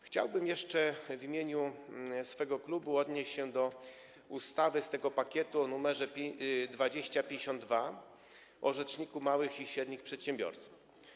Chciałbym jeszcze w imieniu swego klubu odnieść się do ustawy z tego pakietu, o nr 2052, ustawy o rzeczniku małych i średnich przedsiębiorców.